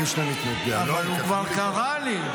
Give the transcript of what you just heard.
אבל הוא כבר קרא לי.